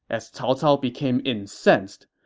as cao cao became incensed.